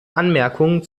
anmerkungen